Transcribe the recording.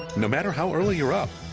no matter how early you're up.